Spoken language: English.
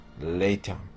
later